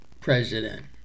president